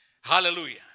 Hallelujah